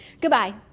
Goodbye